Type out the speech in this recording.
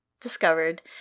discovered